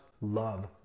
love